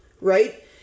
right